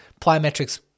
Plyometrics